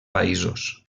països